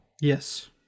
Yes